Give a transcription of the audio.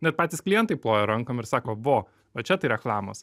net patys klientai ploja rankom ir sako vo va čia tai reklamos